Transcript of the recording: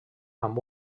amb